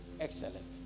excellence